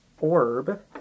Orb